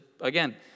again